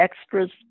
extras